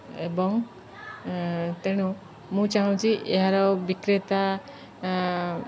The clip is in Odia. ଏବଂ ତେଣୁ ମୁଁ ଚାହୁଁଛି ଏହାର ବିକ୍ରେତା